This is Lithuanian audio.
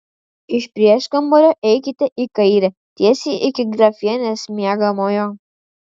iš prieškambario eikite į kairę tiesiai iki grafienės miegamojo